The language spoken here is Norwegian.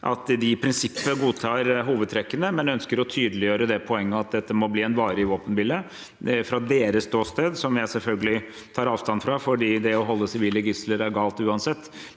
at de i prinsippet godtar hovedtrekkene, men ønsker å tydeliggjøre poenget om at dette må bli en varig våpenhvile. Fra deres ståsted – som jeg selvfølgelig tar avstand fra, for det å holde sivile gisler er galt, uansett